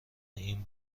این